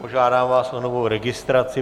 Požádám vás o novou registraci.